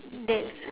then